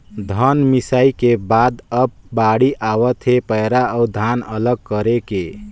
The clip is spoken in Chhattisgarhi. धन मिंसई के बाद अब बाड़ी आवत हे पैरा अउ धान अलग करे के